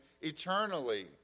eternally